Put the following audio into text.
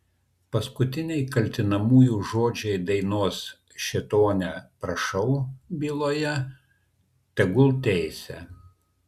paskutiniai kaltinamųjų žodžiai dainos šėtone prašau byloje tegul teisia